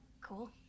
Cool